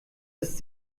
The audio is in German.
ist